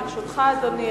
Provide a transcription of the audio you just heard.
לרשותך, אדוני,